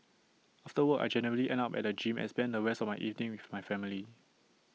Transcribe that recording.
after work I generally end up at the gym and spend the rest of my evening with my family